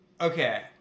Okay